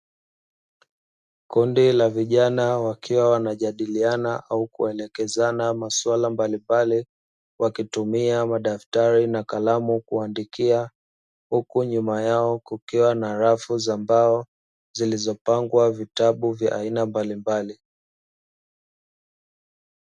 Kundi la vijana wakiwa wanajadiliana au kuelekezana masuala mbalimbali, wakitumia madaftari na kalamu kuandikia, huku nyuma yao kukiwa na rafu za mbao, zilizopangwa vitabu vya aina mbalimbali.